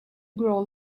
grow